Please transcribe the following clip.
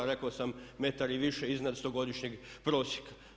Rekao sam metar i više iznad 100-godišnjeg prosjeka.